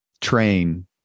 train